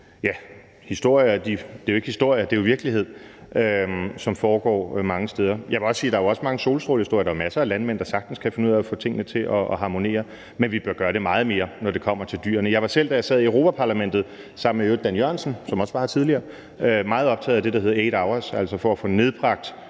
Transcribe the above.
ja, historier – det er jo ikke historier, det er jo virkelighed – om det, som foregår mange steder. Jeg vil bare sige, at der jo også er mange solstrålehistorier. Der er masser af landmænd, der sagtens kan finde ud af at få tingene til at harmonere, men vi bør gøre det meget mere, når det kommer til dyrene. Jeg var selv, da jeg sad i Europa-Parlamentet – i øvrigt sammen med Dan Jørgensen, som også var her tidligere – meget optaget af det, der hed »8 hours«, altså at få nedbragt